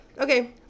Okay